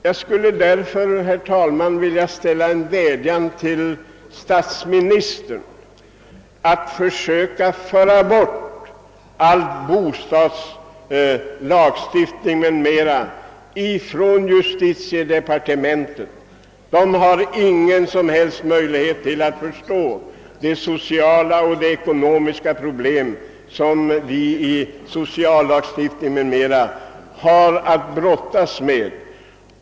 Jag skulle därför vilja rikta en vädjan till statsministern att försöka föra bort all bostadslagstiftning från justitiede partementet. I detta departement har man ingen som helst möjlighet att förstå de sociala och ekonomiska problem som vi genom bl.a. sociallagstiftningen försöker komma till rätta med.